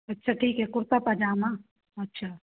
अच्छा ठीक है कुर्ता पजामा अच्छा